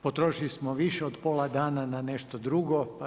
Potrošili smo više od pola dana na nešto drugo.